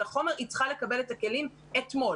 החומר והיא צריכה לקבל את הכלים אתמול.